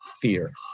fear